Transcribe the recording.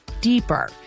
deeper